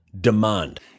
demand